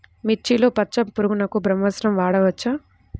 మిర్చిలో పచ్చ పురుగునకు బ్రహ్మాస్త్రం వాడవచ్చా?